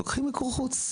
לוקחות מיקור חוץ.